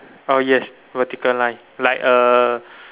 oh yes vertical line like a